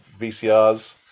VCRs